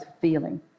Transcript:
feeling